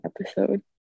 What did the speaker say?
episode